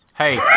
Hey